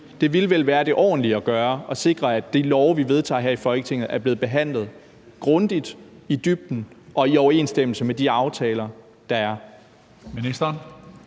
Det ville vel være det ordentlige at gøre, altså sikre, at de love, vi vedtager her i Folketinget, er blevet behandlet grundigt, i dybden og i overensstemmelse med de aftaler, der er.